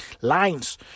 lines